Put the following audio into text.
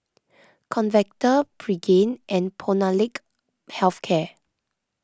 Convatec Pregain and Molnylcke Health Care